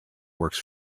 works